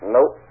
Nope